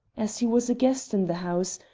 as he was a guest in the house,